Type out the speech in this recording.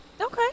Okay